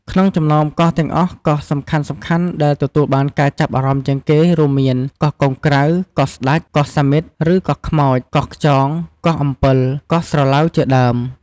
ក្នុងចំណោមកោះទាំងអស់ កោះសំខាន់ៗដែលទទួលបានការចាប់អារម្មណ៍ជាងគេ រួមមាន កោះកុងក្រៅ កោះស្តេច កោះសាមិត្ត ឬ កោះខ្មោច កោះខ្យង កោះអំពិល កោះស្រឡៅជាដើម។